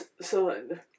Son